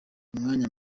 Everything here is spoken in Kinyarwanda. umwanya